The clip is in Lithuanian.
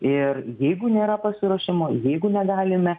ir jeigu nėra pasiruošimo jeigu negalime